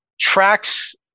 tracks